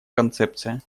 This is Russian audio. концепция